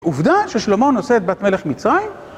עובדה ששלמה נושא את בת מלך מצרים